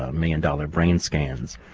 ah million-dollar brain scans.